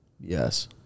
Yes